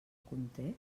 conté